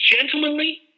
gentlemanly